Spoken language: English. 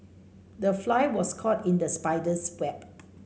the fly was caught in the spider's web